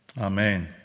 Amen